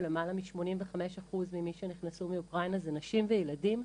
שלמעלה מ-85 אחוזים ממי שנכנסו מאוקראינה הם נשים וילדים,